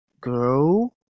grow